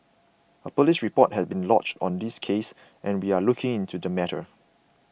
a police report has been lodged on this case and we are looking into the matter